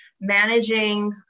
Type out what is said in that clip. managing